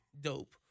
Dope